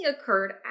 occurred